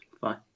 Fine